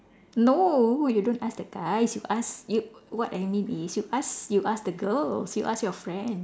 no you don't ask the guys you ask you what I mean is you ask you ask the girls you ask your friends